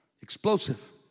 Explosive